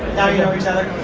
now you know each other.